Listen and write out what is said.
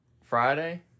Friday